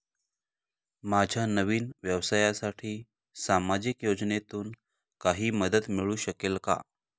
माझ्या नवीन व्यवसायासाठी सामाजिक योजनेतून काही मदत मिळू शकेल का?